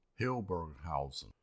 Hilberghausen